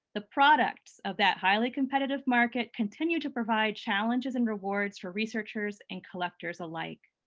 the products of that highly competitive market continue to provide challenges and rewards for researchers and collectors alike.